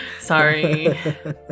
Sorry